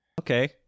Okay